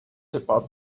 about